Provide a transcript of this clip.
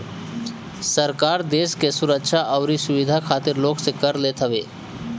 सरकार देस के सुरक्षा अउरी सुविधा खातिर लोग से कर लेत हवे